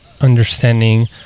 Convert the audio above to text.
Understanding